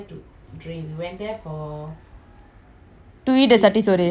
to eat the satti soru sorru are you serious oh my god who does that